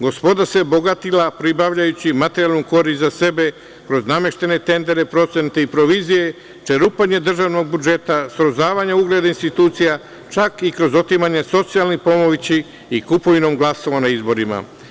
Gospoda se bogatila pribavljajući materijalnu korist za sebe kroz nameštene tendere, procente i provizije, čerupanje državnog budžeta, srozavanja ugleda institucija, čak i kroz otimanje socijalne pomoći i kupovinom glasova na izborima.